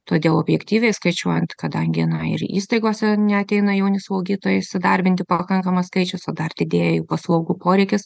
todėl objektyviai skaičiuojant kadangi na ir įstaigose neateina jauni slaugytojai įsidarbinti pakankamas skaičius o dar didėja paslaugų poreikis